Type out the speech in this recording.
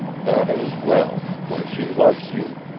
that is well, for she loves you.